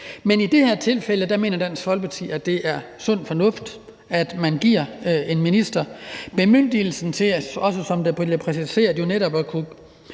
Men i det her tilfælde mener Dansk Folkeparti, at det er sund fornuft, at man giver en minister bemyndigelse til, som det også bliver præciseret, netop at kunne